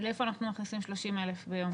לאיפה אנחנו מכניסים 30,000 ביום?